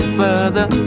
further